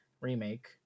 Remake